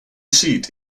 seat